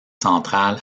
centrale